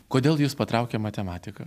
kodėl jus patraukė matematika